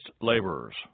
laborers